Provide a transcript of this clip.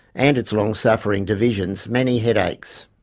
and its long-suffering divisions, many headaches.